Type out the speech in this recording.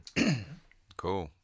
Cool